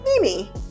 Mimi